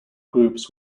groups